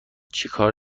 چکار